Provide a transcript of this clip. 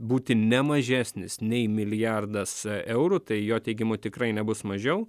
būti ne mažesnis nei milijardas eurų tai jo teigimu tikrai nebus mažiau